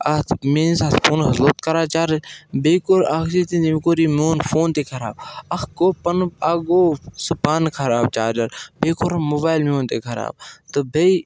اَتھ میٲنِس اَتھ فونَس اوٗس لوٚت کَران چارٕج بیٚیہِ کوٚر اَکھ چیٖز تٔمۍ تٔمۍ کوٚر یہِ میوٗن فوٗن تہِ خراب اَکھ گوٚو پَنُن اَکھ گوٚو سُہ پانہٕ خراب چارجَر بیٚیہِ کوٚرُن موبایِل میوٗن تہِ خراب تہٕ بیٚیہِ